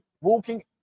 Walking